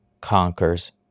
conquers